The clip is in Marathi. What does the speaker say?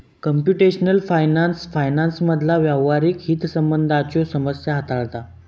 कम्प्युटेशनल फायनान्स फायनान्समधला व्यावहारिक हितसंबंधांच्यो समस्या हाताळता